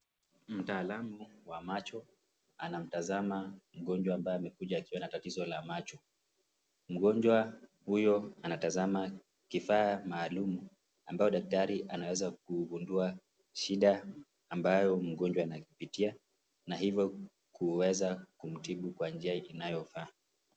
Mtaalamu wa macho anamtazama mgonjwa ambaye amekuja akiwa na tatizo la macho, mgonjwa huyo anatazama kifaa maalum ambayo daktari anaweza kugundua shida ambayo mgonjwa analipitia na hivyo kuweza kumtibu kwa njia inayofaa.